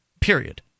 period